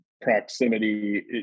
proximity